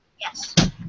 Yes